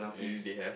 already behave